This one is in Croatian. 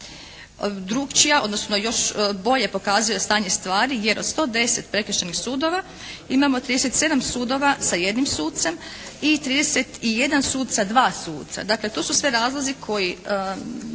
drukčija, odnosno još bolje pokazuje stanje stvari jer od 110 prekršajnih sudova imamo 37 sudova sa jednim sucem i 31 sud sa 2 suca. Dakle, to su sve razlozi koji